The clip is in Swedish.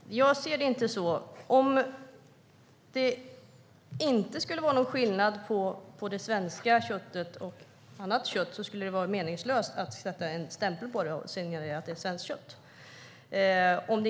Herr talman! Jag ser det inte så. Om det inte skulle vara någon skillnad på det svenska köttet och annat kött skulle det vara meningslöst att sätta en stämpel på det och signalera att det är svenskt kött. Detsamma